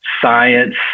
science